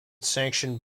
sanctioned